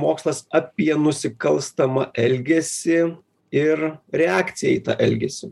mokslas apie nusikalstamą elgesį ir reakciją į tą elgesį